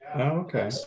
Okay